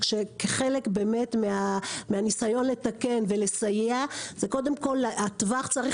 שכחלק מהניסיון לתקן ולסייע הטווח צריך